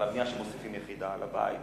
על הבנייה, שמוסיפים יחידה לבית.